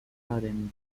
طارمی